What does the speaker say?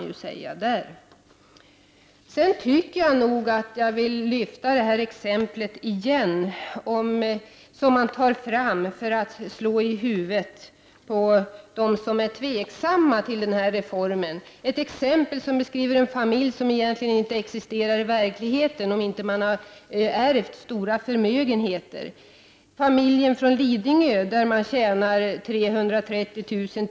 Jag vill återigen lyfta fram det exempel som har använts för att slå i huvudet på dem som har varit tveksamma till reformen. Det är ett exempel som beskriver en familj som egentligen inte existerar i verkligheten — om det inte handlar om människor som har ärvt stora förmögenheter. Det gäller alltså familjen från Lidingö, som tjänar 330 000 kr.